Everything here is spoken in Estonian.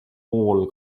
pool